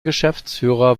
geschäftsführer